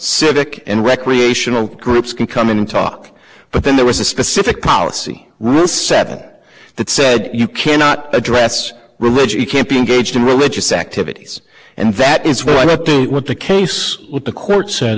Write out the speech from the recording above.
civic and recreational groups can come in and talk but then there was a specific policy rule set that said you cannot address religion you can't be engaged in religious activities and that is what the case with the court said